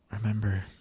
remember